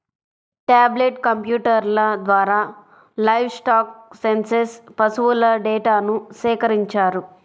tablet కంప్యూటర్ల ద్వారా livestock census పశువుల డేటాను సేకరించారు